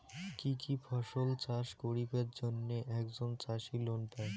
কি কি ফসল চাষ করিবার জন্যে একজন চাষী লোন পায়?